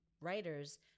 writers